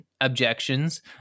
objections